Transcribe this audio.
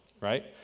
right